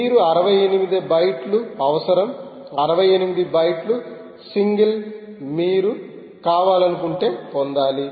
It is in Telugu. మీకు 68 బైట్లు అవసరం 68 బైట్లు సింగిల్ మీరు కావాలనుకుంటే పొందాలి